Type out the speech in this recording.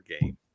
game